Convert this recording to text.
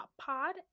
Pod